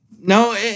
no